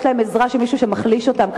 יש להם עזרה של מישהו שמחליש אותם,